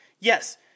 Yes